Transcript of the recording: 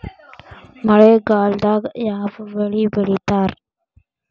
ಮಳೆಗಾಲದಾಗ ಯಾವ ಬೆಳಿ ಬೆಳಿತಾರ?